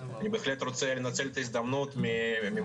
אני בהחלט רוצה לנצל את ההזדמנות ממקום